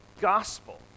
gospel